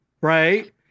right